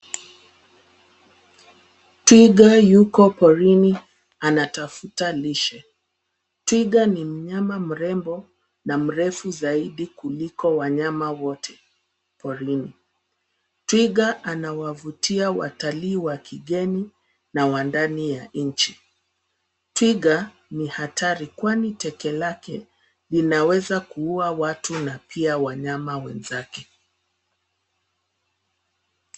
Twiga yuko porini anatafuta lishe. Twiga ni mnyama mrembo na mrefu zaidi kuliko wanyama wote porini. Twiga anawavutia watalii wa kigeni na wa ndani ya nchi. Twiga ni hatari kwani teke lake linaweza kuua watu na pia wanyama wenzake.